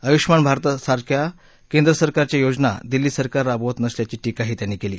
आयुष्यमान भारतसारख्या केंद्रसरकारच्या योजना दिल्ली सरकार राबवत नसल्याची टीका त्यांनी केली